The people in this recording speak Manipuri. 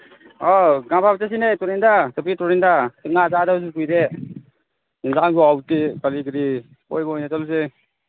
ꯑꯧ ꯉꯥ ꯐꯥꯕ ꯆꯠꯁꯤꯅꯦ ꯇꯨꯔꯦꯟꯗ ꯆꯛꯄꯤ ꯇꯨꯔꯦꯟꯁ ꯉꯥ ꯆꯥꯗꯕꯁꯨ ꯀꯨꯏꯔꯦ ꯑꯦꯟꯖꯥꯡꯁꯨ ꯍꯥꯎꯇꯦ ꯀꯔꯤ ꯀꯔꯤ ꯀꯣꯏꯕ ꯑꯣꯏꯅ ꯆꯠꯂꯨꯁꯦ